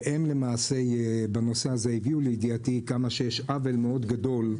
בנושא הזה הם למעשה הביאו לידיעתי כמה שיש עוול מאוד גדול,